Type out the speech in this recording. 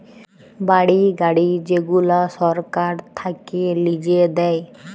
বাড়ি, গাড়ি যেগুলা সরকার থাক্যে লিজে দেয়